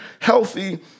healthy